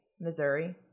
Missouri